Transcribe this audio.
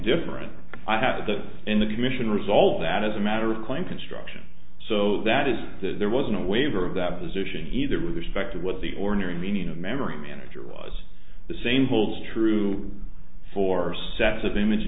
different i have that in the commission result that is a matter of claim construction so that is that there was no waiver of that position either with respect to what the ordinary meaning of memory manager was the same holds true for sets of image